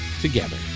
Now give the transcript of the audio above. together